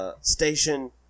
station